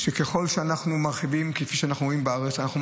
שככל שאנחנו מרחיבים כבישים,